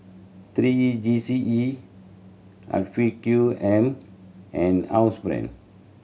three E G C E Afiq M and Housebrand